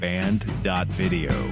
Band.video